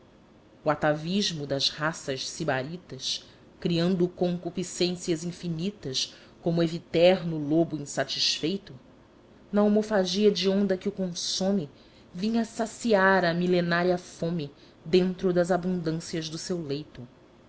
o atavismo das raças sibaritas criando concupiscências infinitas como eviterno lobo insatisfeito na homofagia hedionda que o consome vinha saciar a milenária fome dentro das abundâncias do seu leito